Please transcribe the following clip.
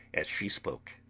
as she spoke